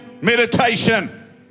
meditation